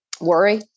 worry